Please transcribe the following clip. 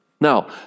Now